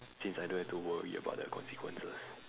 since I don't have to worry about the consequences